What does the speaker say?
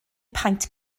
paent